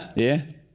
yeah?